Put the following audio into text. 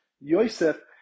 Yosef